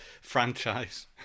franchise